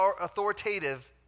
authoritative